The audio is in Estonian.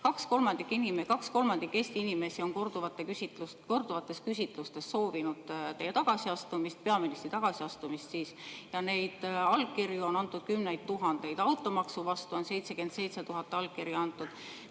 Kaks kolmandikku Eesti inimestest on korduvates küsitlustes soovinud teie tagasiastumist, peaministri tagasiastumist. Neid allkirju on antud kümneid tuhandeid, automaksu vastu on antud 77 000 allkirja,